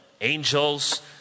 angels